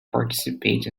participate